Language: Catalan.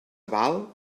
aval